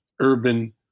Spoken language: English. urban